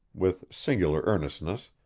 with singular earnestness,